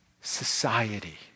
society